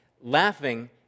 laughing